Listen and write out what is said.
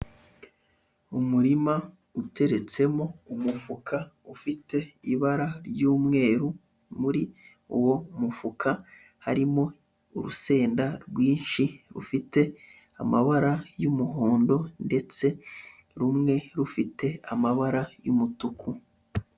Umurima uteretsemo umufuka ufite ibara ry'umweru, muri uwo mufuka harimo urusenda rwinshi rufite amabara y'umuhondo ndetse rumwe rufite amabara y'umutuku.